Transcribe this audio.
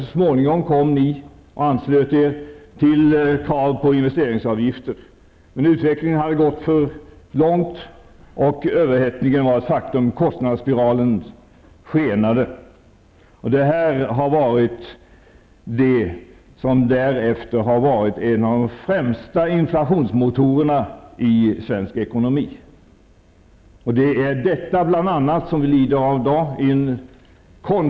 Så småningom anslöt ni er till kraven på investeringsavgifter. Men utvecklingen hade gått för långt, och överhettningen var ett faktum. Kostnadsspiralen skenade. Detta har därefter varit en av de främsta inflationsmotorerna i svensk ekonomi. Det är bl.a. detta som vi lider av i dag.